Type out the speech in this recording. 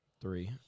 three